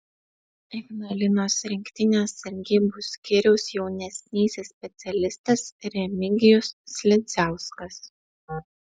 ignalinos rinktinės sargybų skyriaus jaunesnysis specialistas remigijus slidziauskas